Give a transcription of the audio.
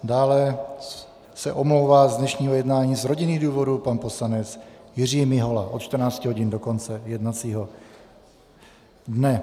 Dále se omlouvá z dnešního jednání z rodinných důvodů pan poslanec Jiří Mihola od 14 hodin do konce jednacího dne.